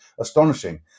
astonishing